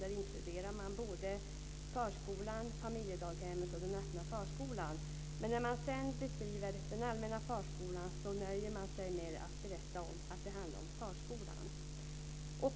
Där inkluderar man förskolan, familjedaghemmen och den öppna förskolan. Men när man sedan beskriver den allmänna förskolan nöjer man sig med att berätta att det handlar om förskola.